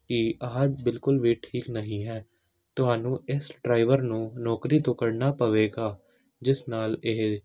ਕਿ ਆਹ ਬਿਲਕੁਲ ਵੀ ਠੀਕ ਨਹੀਂ ਹੈ ਤੁਹਾਨੂੰ ਇਸ ਡਰਾਈਵਰ ਨੂੰ ਨੌਕਰੀ ਤੋਂ ਕੱਢਣਾ ਪਵੇਗਾ ਜਿਸ ਨਾਲ ਇਹ